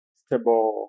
stable